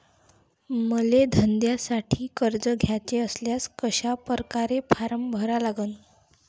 मले धंद्यासाठी कर्ज घ्याचे असल्यास कशा परकारे फारम भरा लागन?